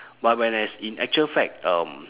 but when as in actual fact um